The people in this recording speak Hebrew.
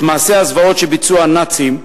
את מעשי הזוועות שביצעו הנאצים,